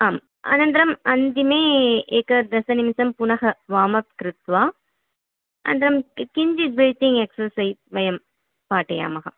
आम् अनन्तरम् अन्तिमे एक दशनिमेषं पुनः वार्मप् कृत्वा अनन्तरं किञ्चिद् ब्रीदिङ्ग् एक्स्सैज़् वयं पाठयामः